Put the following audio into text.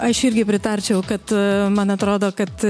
aš irgi pritarčiau kad man atrodo kad